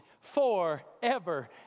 forever